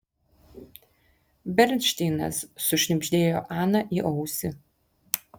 bernšteinas sušnibždėjo ana į ausį